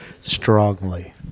Strongly